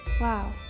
Wow